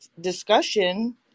discussion